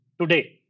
today